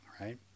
Right